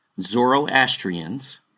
Zoroastrians